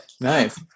nice